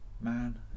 man